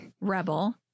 Rebel